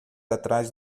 atrás